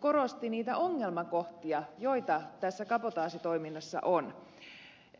korosti niitä ongelmakohtia joita tässä kabotaasitoiminnassa on